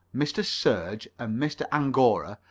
mr. serge and mr. angora,